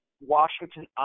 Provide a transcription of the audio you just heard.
Washington